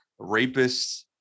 rapists